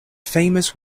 famous